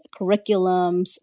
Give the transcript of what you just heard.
curriculums